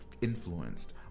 influenced